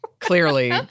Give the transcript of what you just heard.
Clearly